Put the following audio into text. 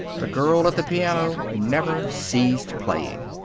the girl at the piano never ceased playing.